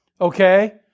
okay